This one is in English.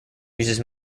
uses